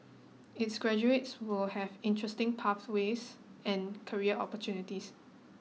its graduates will have interesting pathways and career opportunities